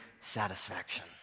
satisfaction